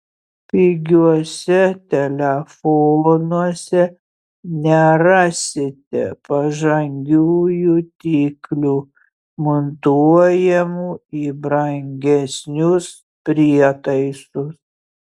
pigiuose telefonuose nerasite pažangių jutiklių montuojamų į brangesnius prietaisus